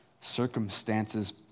Circumstances